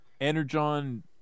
Energon